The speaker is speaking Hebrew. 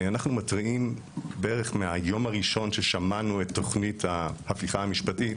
אנחנו מתריעים בערך מהיום הראשון ששמענו את תוכנית ההפיכה המשפטית,